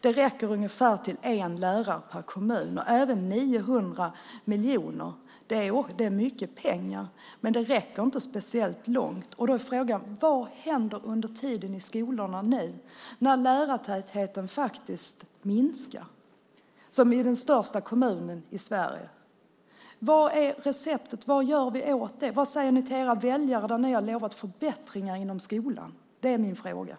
Det räcker ungefär till en lärare per kommun. 900 miljoner är mycket pengar, men inte ens det räcker speciellt långt. Då är frågan vad som händer under tiden i skolorna nu när lärartätheten faktiskt minskar, som i den största kommunen i Sverige. Vad är receptet? Vad gör vi åt det? Vad säger ni till era väljare där ni har lovat förbättringar inom skolan? Det är mina frågor.